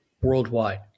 worldwide